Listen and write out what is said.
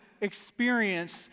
experience